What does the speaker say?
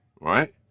right